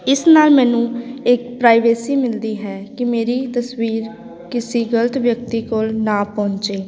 ਇਸ ਨਾਲ ਮੈਨੂੰ ਇੱਕ ਪ੍ਰਾਈਵੇਸੀ ਮਿਲਦੀ ਹੈ ਕਿ ਮੇਰੀ ਤਸਵੀਰ ਕਿਸੇ ਗਲਤ ਵਿਅਕਤੀ ਕੋਲ ਨਾ ਪਹੁੰਚੇ